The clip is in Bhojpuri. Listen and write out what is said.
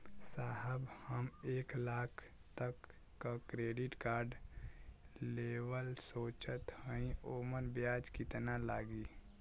साहब हम एक लाख तक क क्रेडिट कार्ड लेवल सोचत हई ओमन ब्याज कितना लागि?